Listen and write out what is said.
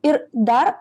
ir dar